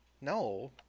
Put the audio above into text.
No